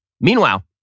Meanwhile